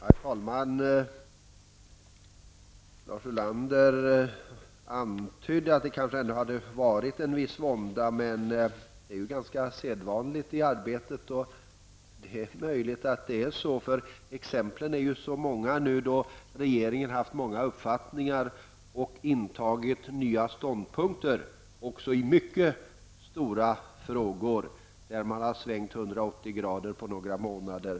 Herr talman! Lars Ulander antydde att arbetet kanske ändå skett under en viss vånda, men att detta är ganska sedvanligt för sådant arbete. Det är möjligt att det förhåller sig så. Det finns ju så många exempel på att regeringen haft många olika uppfattningar och intagit nya ståndpunkter även i mycket stora frågor och svängt 180 grader på några månader.